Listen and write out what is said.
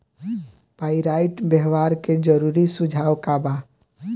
Pyrite व्यवहार के जरूरी सुझाव का वा?